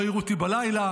לא העירו אותי בלילה,